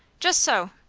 just so.